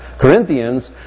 Corinthians